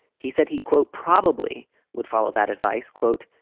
he said he, quote, probably would follow that advice, quote,